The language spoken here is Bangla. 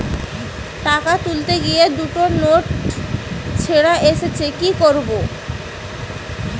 টাকা তুলতে গিয়ে দুটো ছেড়া নোট এসেছে কি করবো?